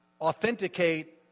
authenticate